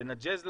תנג'ס להם,